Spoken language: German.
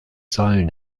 säulen